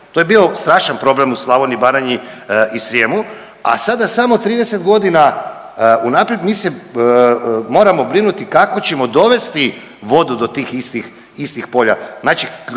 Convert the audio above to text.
To je bio strašan problem u Slavoniji, Baranji i Srijemu, a sada samo 30 godina unaprijed mi se moramo brinuti kako ćemo dovesti vodu do tih istih polja.